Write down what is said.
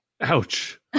Ouch